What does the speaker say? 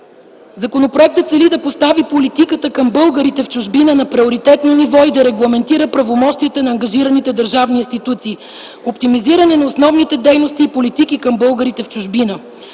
Законопроектът цели да постави политиката към българите в чужбина на приоритетно ниво и да регламентира правомощията на ангажираните държавни институции. Оптимизиране на основните дейности и политики към българите в чужбина;